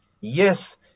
Yes